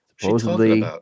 Supposedly